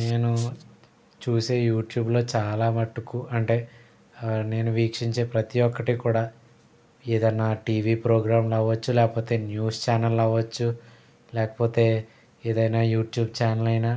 నేను చూసే యూట్యూబ్లో చాలా మట్టుకు అంటే నేను వీక్షించే ప్రతీ ఒక్కటీ కూడా ఏదైనా టీవీ ప్రోగ్రామ్ అవ్వచ్చు లేకపోతే న్యూస్ ఛానల్ అవ్వచ్చు లేకపోతే ఏదైనా యూట్యూబ్ ఛానల్ అయినా